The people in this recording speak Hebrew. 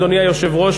אדוני היושב-ראש,